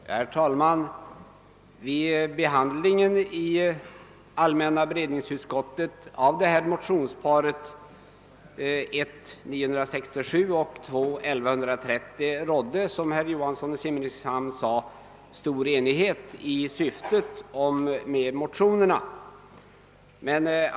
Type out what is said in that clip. Herr talman! Vid behandlingen i allmänna beredningsutskottet av motionsparet I:967 och II: 1130 rådde, såsom herr Johansson i Simrishamn sade, stor enighet om att syftet med motionerna var behjärtansvärt.